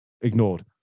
Ignored